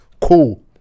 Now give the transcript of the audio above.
cool